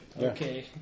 Okay